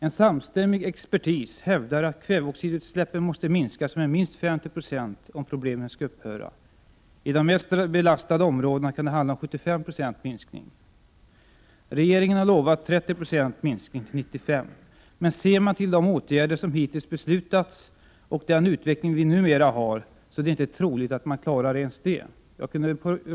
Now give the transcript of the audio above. En samstämmig expertis hävdar att kväveoxidutsläppen måste minskas med minst 50 26 om problemen skall upphöra. I de mest belastade områdena kan det handla om 75 procents minskning. Regeringen har lovat 30 procents minskning till 1995. Men ser man till de åtgärder som hittills beslutats och den utveckling vi numera har, är det inte troligt att man klarar ens det.